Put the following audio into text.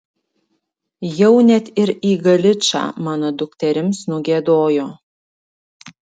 jau net ir į galičą mano dukterims nugiedojo